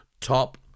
top